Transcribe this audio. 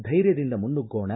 ಥೈರ್ಯದಿಂದ ಮುನ್ನುಗ್ಗೋಣ